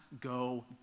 go